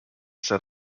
set